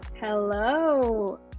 hello